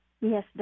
Yes